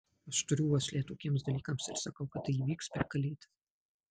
aš turiu uoslę tokiems dalykams ir sakau kad tai įvyks per kalėdas